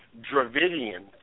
Dravidian